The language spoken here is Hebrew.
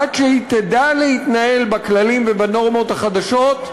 עד שהיא תדע להתנהל בכללים ובנורמות החדשות,